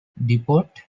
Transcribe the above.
depot